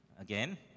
again